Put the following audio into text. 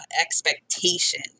expectation